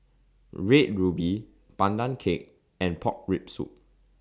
Red Ruby Pandan Cake and Pork Rib Soup